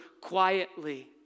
quietly